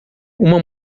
uma